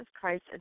Christ